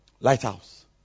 Lighthouse